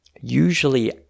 Usually